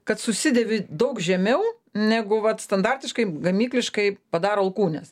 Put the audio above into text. kad susidėvi daug žemiau negu vat standartiškai gamykliškai padaro alkūnes